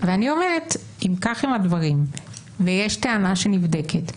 ואני אומרת: אם כך הם הדברים ויש טענה שנבדקת,